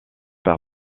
par